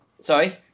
Sorry